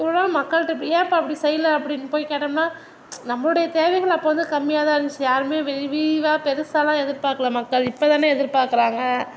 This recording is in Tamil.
இவ்வளோ நாள் மக்கள்கிட்ட ஏன்பா இப்படி செய்யல அப்படின்னு போய் கேட்டோம்னா நம்மளுடைய தேவைகள் அப்போது வந்து கம்மியாகதான் இருந்திச்சு யாரும் விரிவாக பெருசாலாம் எதிர் பாக்கலை மக்கள் இப்போதானே எதிர்பாக்கிறாங்க